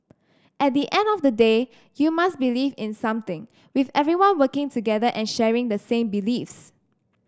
at the end of the day you must believe in something with everyone working together and sharing the same beliefs